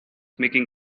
making